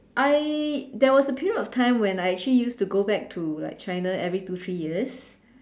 I there was a period of time when I actually used to go back to like China every two three years